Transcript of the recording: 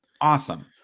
Awesome